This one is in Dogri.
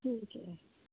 ठीक ऐ